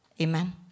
Amen